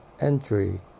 entry